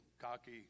cocky